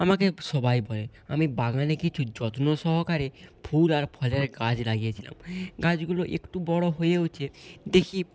আমাকে সবাই বলে আমি বাগানে কিছু যত্ন সহকারে ফুল আর ফলের গাছ লাগিয়েছিলাম গাছগুলো একটু বড়ো হয়েওছে দেখি